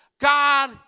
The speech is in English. God